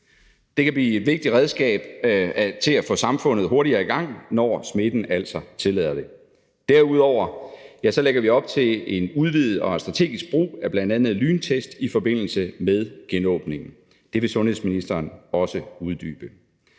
Det kan blive et vigtigt redskab til at få samfundet hurtigere i gang, når smitten altså tillader det. Derudover lægger vi op til en udvidet og strategisk brug af bl.a lyntest i forbindelse med genåbningen. Det vil sundhedsministeren også uddybe.